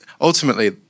ultimately